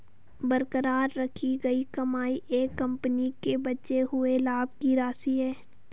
बरकरार रखी गई कमाई एक कंपनी के बचे हुए लाभ की राशि है